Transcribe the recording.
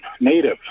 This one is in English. native